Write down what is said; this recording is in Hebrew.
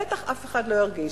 בטח אף אחד לא ירגיש.